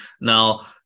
Now